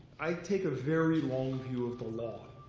i take a very long view of the law.